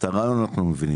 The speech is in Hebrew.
את הרעיון אנחנו מבינים,